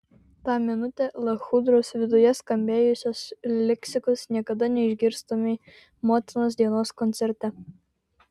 tą minutę lachudros viduje skambėjusios leksikos niekada neišgirstumei motinos dienos koncerte